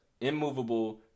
immovable